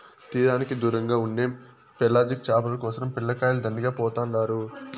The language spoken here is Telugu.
తీరానికి దూరంగా ఉండే పెలాజిక్ చేపల కోసరం పిల్లకాయలు దండిగా పోతుండారు